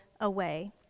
away